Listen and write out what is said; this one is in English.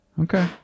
Okay